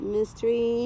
Mystery